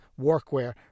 workwear